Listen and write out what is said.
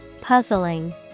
Puzzling